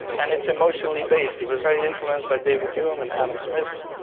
and it's emotionally based. he was very influenced by david hume and adam smith,